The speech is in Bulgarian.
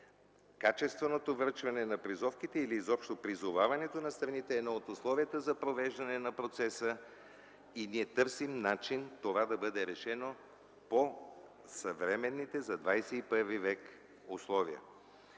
Качественото връчване на призовките и изобщо призоваването на страните е едно от условията за провеждане на процеса и ние търсим начин това да бъде решено по съвременните за ХХІ век условия.